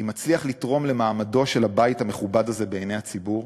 אם אצליח לתרום למעמדו של הבית המכובד הזה בעיני הציבור,